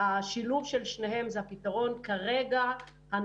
השילוב של שניהם הוא הפתרון הנכון כרגע,